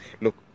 Look